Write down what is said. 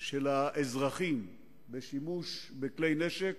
של האזרחים בעניין השימוש בכלי-נשק